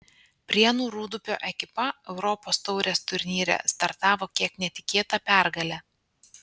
prienų rūdupio ekipa europos taurės turnyre startavo kiek netikėta pergale